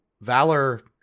Valor